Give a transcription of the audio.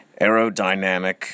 aerodynamic